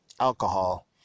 alcohol